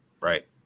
right